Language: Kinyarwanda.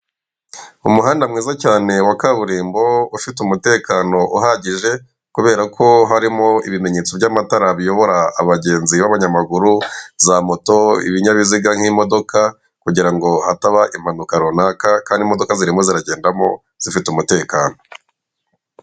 Umuhanda mwiza cyane wa kaburimbo ufite umutekano uhagije kubere ko harimo ibimenyetso by'amatara biyobora abagenzi b'abanyammaguru, za moto, ibinyabiziga nk'imodoka kugira ngo hataba impanuka runaka kandi imodoka zirimo ziragendamo zifite umutekano.